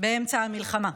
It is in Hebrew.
באמצע המלחמה.